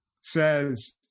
says